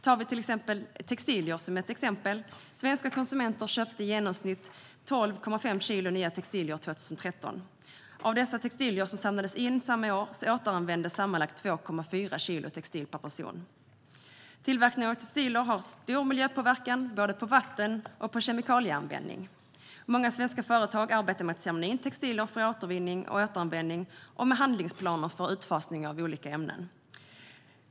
När det till exempel gäller textilier köpte svenska konsumenter i genomsnitt 12,5 kilo nya textilier 2013. Av dessa textilier som samlades in i Sverige samma år återanvändes sammanlagt 2,4 kilo textilier per person. Tillverkning av textiler har stor miljöpåverkan på både vatten och kemikalieanvändning. Många svenska företag arbetar med att samla in textilier för återvinning och återanvändning och med handlingsplaner för utfasning av olika ämnen.